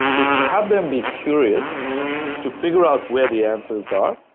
is to have them be curious to figure out where the answers are,